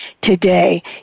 today